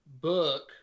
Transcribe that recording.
book